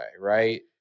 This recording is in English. right